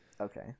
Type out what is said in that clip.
Okay